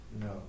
No